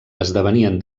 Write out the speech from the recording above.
esdevenien